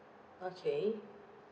okay